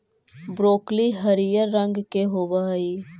broccoli हरियर रंग के होब हई